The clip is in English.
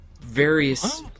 various